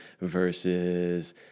versus